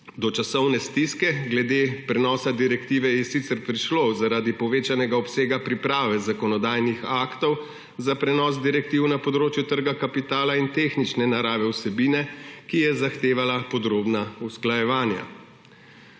do časovne stiske glede prenosa direktive sicer prišlo zaradi povečanega obsega priprave zakonodajnih aktov za prenos direktiv na področju trga kapitala in tehnične narave vsebine, ki je zahtevala podrobna usklajevanja.